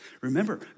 Remember